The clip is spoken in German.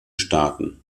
staaten